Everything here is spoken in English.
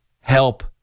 help